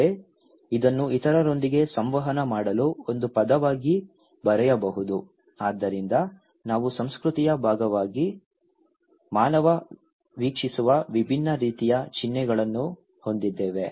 ಅಲ್ಲದೆ ಇದನ್ನು ಇತರರೊಂದಿಗೆ ಸಂವಹನ ಮಾಡಲು ಒಂದು ಪದವಾಗಿ ಬರೆಯಬಹುದು ಆದ್ದರಿಂದ ನಾವು ಸಂಸ್ಕೃತಿಯ ಭಾಗವಾಗಿ ಮಾನವ ವೀಕ್ಷಿಸುವ ವಿಭಿನ್ನ ರೀತಿಯ ಚಿಹ್ನೆಗಳನ್ನು ಹೊಂದಿದ್ದೇವೆ